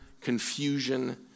confusion